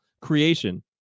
creation